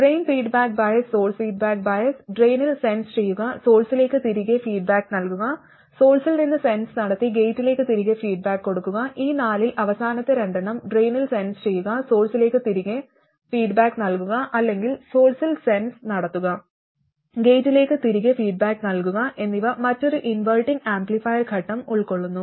drain feedback bias source feedback bias ഡ്രെയിനിൽ sense ചെയ്യുക സോഴ്സിലേക്ക് തിരികെ ഫീഡ്ബാക്ക് നൽകുക സോഴ്സിൽ നിന്ന് സെൻസ് നടത്തി ഗേറ്റിലേക്ക് തിരികെ ഫീഡ്ബാക്ക് കൊടുക്കുക ഈ നാലിൽ അവസാനത്തെ രണ്ടെണ്ണം ഡ്രെയിനിൽ സെൻസ് ചെയ്യുക സോഴ്സിലേക്ക് തിരികെ ഫീഡ്ബാക്ക് നൽകുക അല്ലെങ്കിൽ സോഴ്സിൽ സെൻസ് നടത്തുക ഗേറ്റിലേക്ക് തിരികെ ഫീഡ്ബാക്ക് നൽകുക എന്നിവ മറ്റൊരു ഇൻവെർട്ടിങ് ആംപ്ലിഫയർ ഘട്ടം ഉൾക്കൊള്ളുന്നു